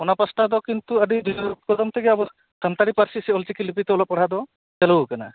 ᱚᱱᱟ ᱯᱟᱥᱴᱟ ᱫᱚ ᱠᱤᱱᱛᱩ ᱟᱹᱰᱤ ᱰᱷᱮᱨ ᱠᱚᱫᱚᱢ ᱛᱮᱜᱮ ᱟᱵᱚ ᱥᱟᱱᱛᱟᱲᱤ ᱯᱟᱹᱨᱥᱤ ᱥᱮ ᱚᱞᱪᱤᱠᱤ ᱞᱤᱯᱤ ᱛᱮ ᱚᱞᱚᱜ ᱯᱟᱲᱦᱟᱣ ᱫᱚ ᱪᱟᱹᱞᱩ ᱟᱠᱟᱱᱟ